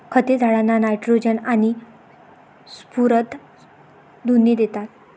खते झाडांना नायट्रोजन आणि स्फुरद दोन्ही देतात